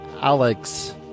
Alex